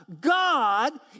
God